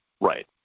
Right